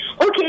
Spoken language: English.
Okay